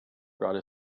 brought